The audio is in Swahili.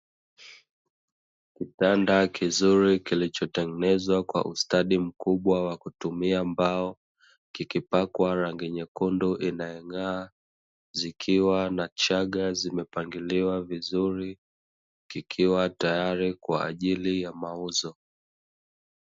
Kitanda kizuri kilichotengenezwa kwa ustadi mkubwa wa kutumia mbao, kikipakwa rangi nyekundu inayong'aa. Kikiwa na chaga zimepangiliwa vizuri, kikiwa tayari kwa ajili ya mauzo.